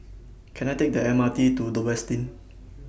Can I Take The M R T to The Westin